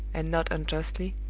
and not unjustly,